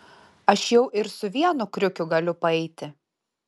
aš jau ir su vienu kriukiu galiu paeiti